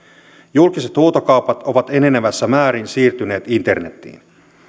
julkiset huutokaupat ovat enenevässä määrin siirtyneet internetiin